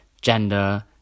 gender